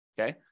okay